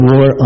War